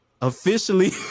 Officially